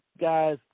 guys